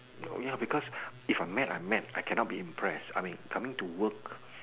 no ya because if I'm mad I'm mad I cannot be impressed I mean coming to work